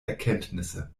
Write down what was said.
erkenntnisse